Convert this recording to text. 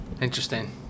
Interesting